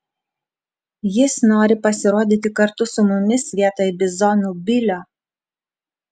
jis nori pasirodyti kartu su mumis vietoj bizonų bilio